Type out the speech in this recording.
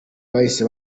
bahise